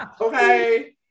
okay